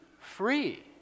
free